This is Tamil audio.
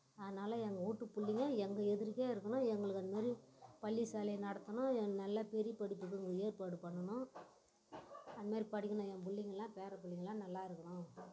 அதனால் எங்கள் வீட்டு பிள்ளைங்க எங்கள் எதிர்க்கவே இருக்கணும் எங்களுக்கு அந்த மாதிரி பள்ளி சாலை நடத்தணும் ஏ நல்லா பெரிய படிப்புக்கு ஏற்பாடு பண்ணணும் அது மாதிரி படிக்கணும் என் பிள்ளைங்கெல்லாம் பேரப் பிள்ளைங்கெல்லாம் நல்லா இருக்கணும்